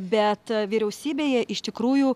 bet vyriausybėje iš tikrųjų